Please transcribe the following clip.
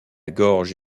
gorge